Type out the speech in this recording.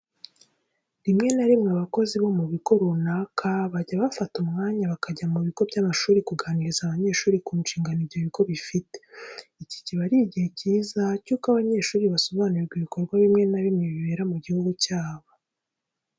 Rimwe na rimwe abakozi bo mu bigo runaka bajya bafata umwanya bakajya mu bigo by'amashuri kuganiriza abanyeshuri ku nshingano ibyo bigo bifite. Iki kiba ari igihe cyiza cy'uko abanyeshuri basobanurirwa ibikorwa bimwe na bimwe bibera mu gihugu cyabo.